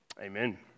Amen